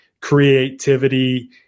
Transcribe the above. creativity